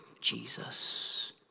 Jesus